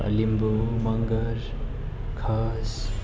Limbu Magar Khawas